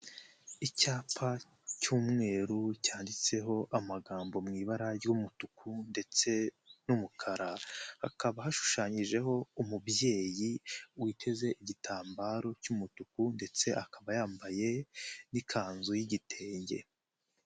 Icyapa cy'umweru cyanditseho amagambo mu ibara ry'umutuku ndetse n'umukara, hakaba hashushanyijeho umubyeyi witeze igitambaro cy'umutuku, ndetse akaba yambaye n'ikanzu y'igitenge.